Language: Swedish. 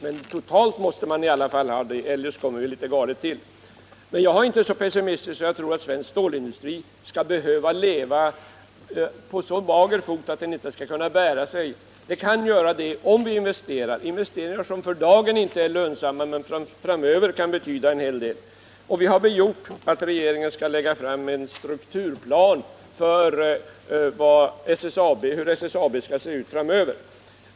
Men totalt måste det vara så, eljest kommer vi att ligga illa till. Jag är inte så pessimistisk att jag tror att svensk stålindustri skall behöva leva på så mager fot att den inte skall kunna bära sig. Den kan göra det om vi investerar. Det kan vara investeringar som för dagen inte är lönsamma, men som framöver kan betyda en hel del. Vi har begärt att regeringen lägger fram en strukturplan för hur SSAB skall se ut i framtiden.